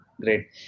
great